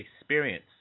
experience